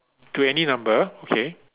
to any number okay